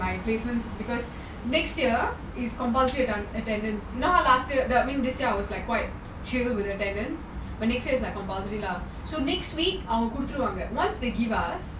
my placements because next year is compulsary on attendance you know last year I mean this year I was like quite chill with attendacne but next year is like compulsary lah so next week I will go through on that once they give us